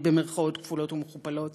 במירכאות כפולות ומכופלות,